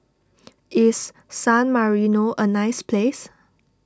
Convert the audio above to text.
is San Marino a nice place